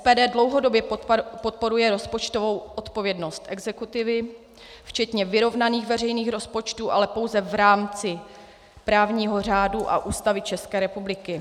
SPD dlouhodobě podporuje rozpočtovou odpovědnost exekutivy včetně vyrovnaných veřejných rozpočtu, ale pouze v rámci právního řádu a Ústavy České republiky.